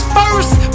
first